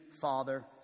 father